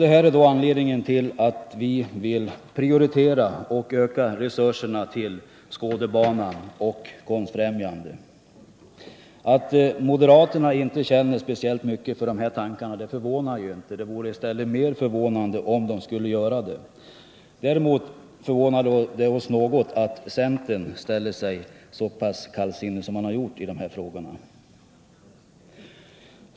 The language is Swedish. Detta är anledningen till att vi vill prioritera och öka resurserna till Skådebanan och Konstfrämjandet. Att moderaterna inte känner något för de här tankarna förvånar inte — det vore i stället mer förvånande om de skulle göra det. Däremot förvånar det oss något att man inom centern ställer sig så pass kallsinnig till frågorna som man har gjort.